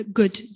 good